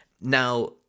Now